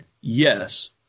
Yes